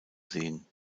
sehen